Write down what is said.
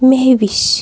Mahwish